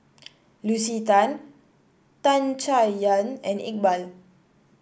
Lucy Tan Tan Chay Yan and Iqbal